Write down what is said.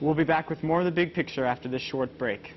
we'll be back with more of the big picture after this short break